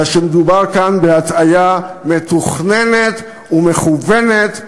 אלא מדובר כאן בהטעיה מתוכננת ומכוונת.